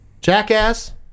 Jackass